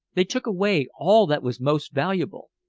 they took away all that was most valuable.